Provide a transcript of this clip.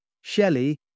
Shelley